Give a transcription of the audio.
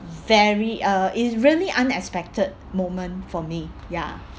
very uh it's really unexpected moment for me ya